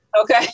Okay